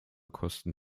kosten